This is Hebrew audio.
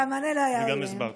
שהמענה לא היה הולם,